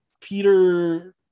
peter